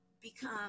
become